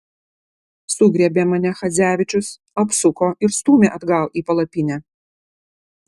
sugriebė mane chadzevičius apsuko ir stūmė atgal į palapinę